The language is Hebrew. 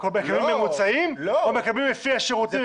הם מקבלים ממוצעים או מקבלים לפי השירותים,